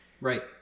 Right